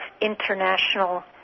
international